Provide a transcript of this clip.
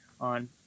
on